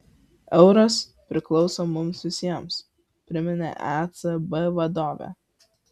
euras priklauso mums visiems priminė ecb vadovė